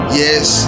yes